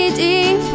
deep